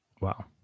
Wow